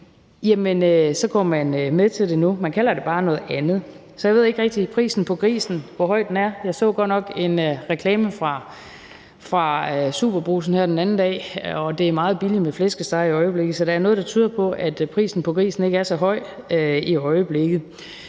så går man med til det nu; man kalder det bare noget andet. Så jeg ved ikke rigtig, hvor høj prisen på grisen er. Jeg så godt nok en reklame fra SuperBrugsen her den anden dag, og det er meget billigt med flæskesteg i øjeblikket, så der er noget, der tyder på, at prisen på grisen ikke er så høj i øjeblikket.